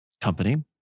company